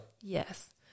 Yes